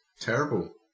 terrible